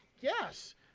Yes